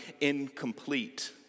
incomplete